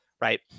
right